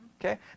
Okay